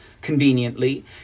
conveniently